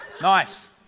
Nice